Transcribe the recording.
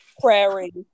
prairie